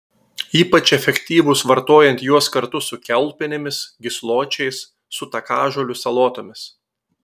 ypač efektyvūs vartojant juos kartu su kiaulpienėmis gysločiais su takažolių salotomis